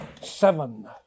seven